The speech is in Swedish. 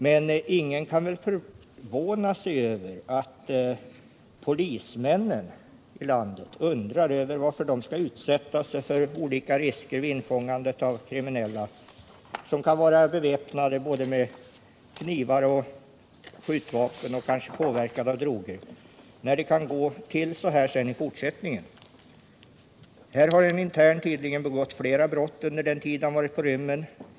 Men ingen kan väl förvåna sig över att polismännen ibland undrar varför de skall behöva utsätta sig för olika risker vid infångandet av kriminella element, som kan vara beväpnade med både knivar och skjutvapen och kanske också påverkade av droger, när det kan gå till så i fortsättningen. Här har en intern tydligen begått flera brott under den tid han varit på rymmen.